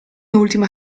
ultima